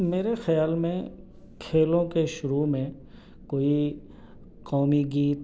میرے خیال میں کھیلوں کے شروع میں کوئی قومی گیت